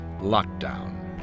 Lockdown